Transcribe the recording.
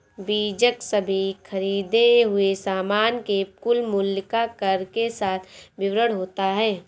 बीजक सभी खरीदें हुए सामान के कुल मूल्य का कर के साथ विवरण होता है